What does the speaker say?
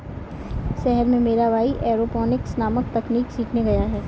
शहर में मेरा भाई एरोपोनिक्स नामक तकनीक सीखने गया है